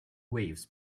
waves